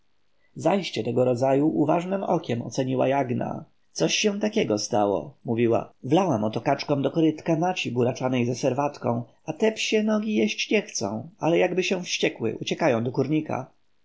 zajście tego rodzaju uważnem okiem oceniła jagna coś się takiego stało mówiła wlałam otcoto kaczkom do korytka naci buraczanej ze serwatką a te psie nogi jeść nie chcą ale jakby się wściekły uciekają do kurnika